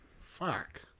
Fuck